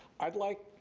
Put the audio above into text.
i'd like,